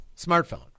smartphone